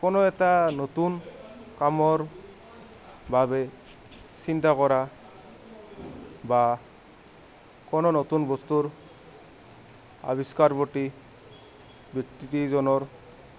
কোনো এটা নতুন কামৰ বাবে চিন্তা কৰা বা কোনো নতুন বস্তুৰ আৱিষ্কাৰ প্ৰতি ব্যক্তিজনৰ